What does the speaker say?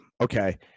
okay